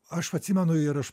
aš atsimenu ir iš